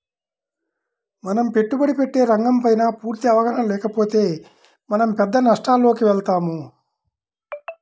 మనం పెట్టుబడి పెట్టే రంగంపైన పూర్తి అవగాహన లేకపోతే మనం పెద్ద నష్టాలలోకి వెళతాం